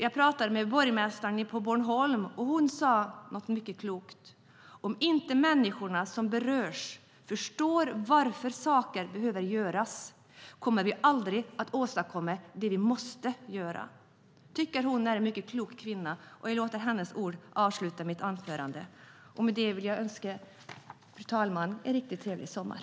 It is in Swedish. Jag talade med borgmästaren på Bornholm, och hon sade något mycket klokt: Om inte människorna som berörs förstår varför saker behöver göras kommer vi aldrig att åstadkomma det vi måste göra. Jag tycker att hon är en mycket klok kvinna, och jag låter hennes ord avsluta mitt anförande. Allra sist vill jag önska fru talmannen en riktig trevlig sommar.